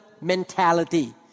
mentality